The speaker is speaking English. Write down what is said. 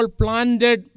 planted